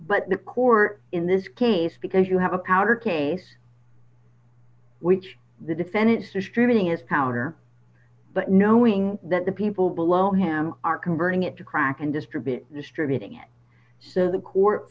but the court in this case because you have a power case which the defendant distributing is power but knowing that the people below him are converting it to crack and distribute distributing it so the court